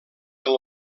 del